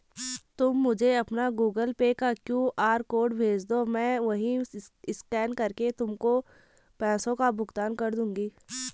तुम मुझे अपना गूगल पे का क्यू.आर कोड भेजदो, मैं वहीं स्कैन करके तुमको पैसों का भुगतान कर दूंगी